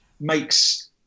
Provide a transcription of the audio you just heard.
makes